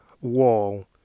wall